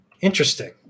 interesting